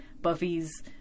Buffy's